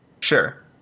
Sure